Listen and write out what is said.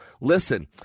Listen